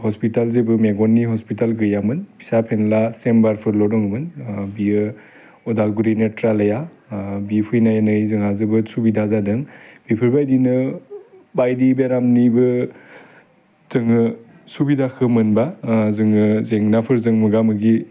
hospital जेबो मेगननि hospital गैयामोन फिसा फेन्ला सेम्बारफोरल' दंमोन बियो अदालगुरिनि ट्रेलाया बि फैनानै जोंहा जोबोद सुबिदा जादों बेफोरबायदिनो बायदि बेरामनिबो जोङो सुबिदाखौ मोनबा जोङो जेंनाफोरजों मोगा मोगि